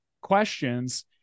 questions